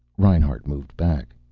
reinhart moved back.